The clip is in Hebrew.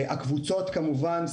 הקבוצות כמובן,